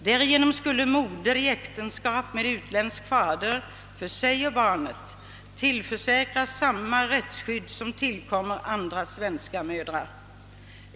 Därigenom skulle svensk moder i äktenskap med utländsk fader för sig och barnet tillförsäkras samma rättsskydd som tillkommer andra svenska mödrar.